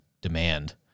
demand